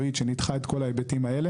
על פי חברה מקצועית שניתחה את כל ההיבטים האלה,